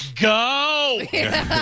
Go